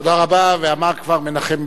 תודה רבה, ואמר כבר מנחם בגין,